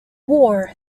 wore